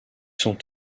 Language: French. sont